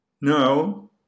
No